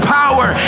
power